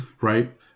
right